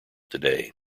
today